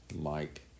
Mike